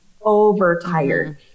overtired